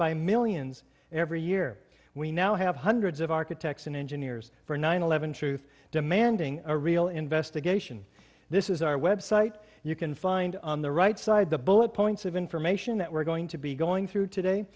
by millions every year we now have hundreds of architects and engineers for nine eleven truth demanding a real investigation this is our website you can find on the right side the bullet points of information that we're going to be going through today